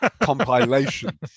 compilation